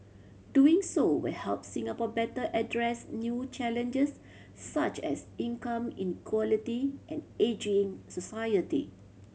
doing so will help Singapore better address new challenges such as income inequality and ageing society